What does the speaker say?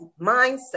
mindset